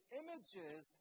images